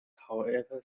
however